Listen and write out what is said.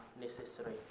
necessary